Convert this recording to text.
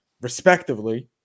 respectively